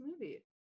movie